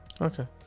Okay